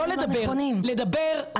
לא לדבר.